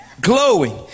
Glowing